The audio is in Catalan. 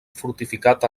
fortificat